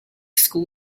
school